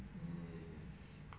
mm